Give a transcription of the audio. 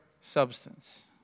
substance